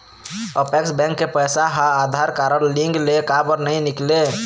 Apex bank के पैसा हा आधार कारड लिंक ले काबर नहीं निकले?